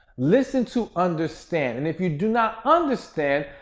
listen to understand. and if you do not understand,